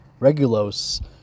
Regulos